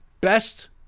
best